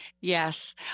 Yes